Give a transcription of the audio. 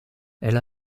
elle